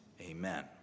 Amen